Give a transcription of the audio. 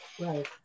right